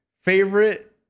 favorite